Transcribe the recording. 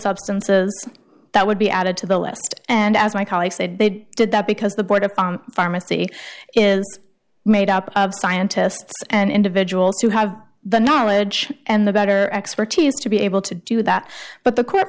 substances that would be added to the list and as my colleague said they did that because the board of pharmacy is made up of scientists and individuals who have the knowledge and the better expertise to be able to do that but the court